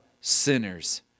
sinners